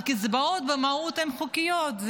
הקצבאות במהות הן חוקיות,